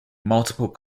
multiple